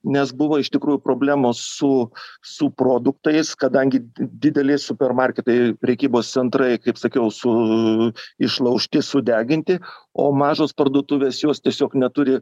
nes buvo iš tikrųjų problemos su subproduktais kadangi dideli supermarketai prekybos centrai kaip sakiau su išlaužti sudeginti o mažos parduotuvės jos tiesiog neturi